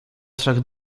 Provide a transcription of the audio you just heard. trzech